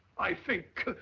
i think.